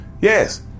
Yes